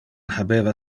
habeva